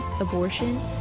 abortion